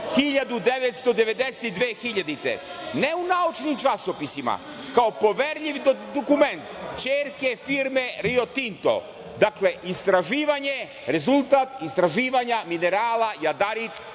2000. godine. Ne u naučnim časopisima, kao poverljiv dokument ćerke firme Rio Tinto. Dakle, istraživanje, rezultat istraživanja minerala jadarit